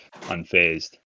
unfazed